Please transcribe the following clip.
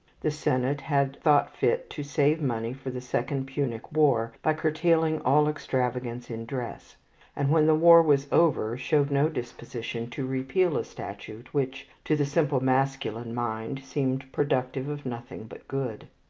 the senate had thought fit to save money for the second punic war by curtailing all extravagance in dress and, when the war was over, showed no disposition to repeal a statute which to the simple masculine mind seemed productive of nothing but good.